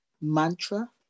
mantra